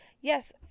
yes